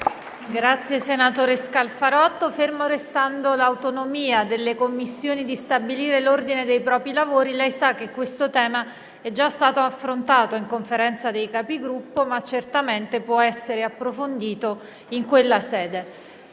Senatore Scalfarotto, ferma restando l'autonomia delle Commissioni di stabilire l'ordine dei propri lavori, lei sa che questo tema è già stato affrontato in Conferenza dei Capigruppo, ma certamente può essere approfondito in quella sede.